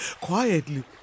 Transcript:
quietly